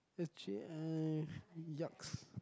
that's J_I !yucks!